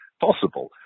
possible